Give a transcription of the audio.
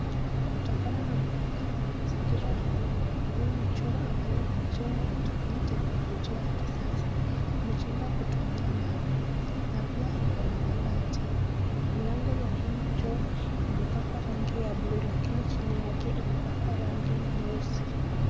Kutokana na muonekano wa mazingira hii huu ni choo ambayo umejengwa kutumia teknolojia ya kisasa. Imejengwa kutumia mawe na pia iko na mabati, mlango ya hii choo imepakwa rangi ya buluu lakini chini yake imepakwa rangi nyeusi.